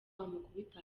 amukubita